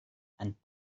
and